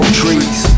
trees